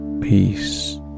peace